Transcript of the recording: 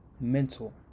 mental